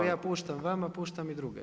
Ja puštam i vama, puštam i druge.